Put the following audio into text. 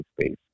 space